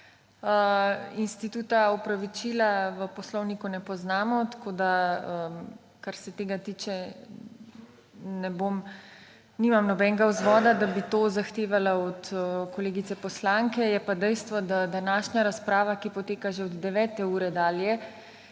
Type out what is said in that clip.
Instituta opravičila v poslovniku ne poznamo, kar se tega tiče, nimam nobenega vzvoda, da bi to zahtevala od kolegice poslanke. Je pa dejstvo, da današnja razprava, ki poteka že od 9. ure dalje,